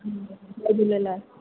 Jay Jhulelal